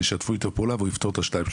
שישתפו איתו פעולה והוא יפתור את שתיים-שלוש